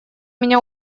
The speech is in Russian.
меня